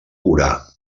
urà